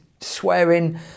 swearing